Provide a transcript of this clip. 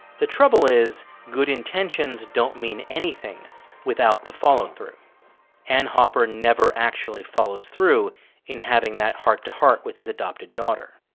the trouble is, good intentions don't mean anything without the follow-through and hopper never actually follows through in having that heart-to-heart with his adopted daughter.